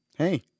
Hey